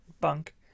bunk